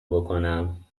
بکنم